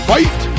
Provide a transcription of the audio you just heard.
Fight